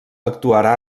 actuarà